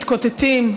מתקוטטים,